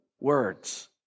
words